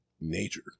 nature